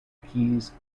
keys